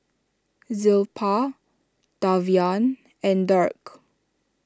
Zilpah Davian and Dirk